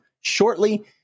shortly